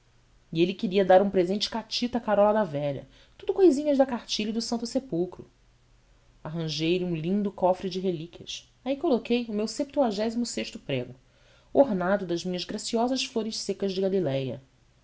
e ele queria dar um presente catita à carola da velha tudo cousinhas da cartilha e do santo sepulcro arranjei lhe um lindo cofre de relíquias aí coloquei o meu septuagésimo sexto prego ornado das minhas graciosas flores secas de galiléia